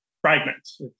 fragments